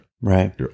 Right